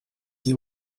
you